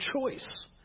choice